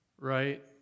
right